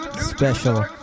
special